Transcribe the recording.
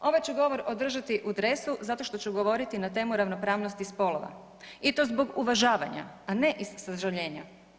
Ovaj ću govor održati u dresu zato što ću govoriti na temu ravnopravnosti spolova i to zbog uvažavanja, a ne iz sažaljenja.